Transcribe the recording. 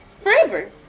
Forever